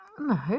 No